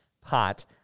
pot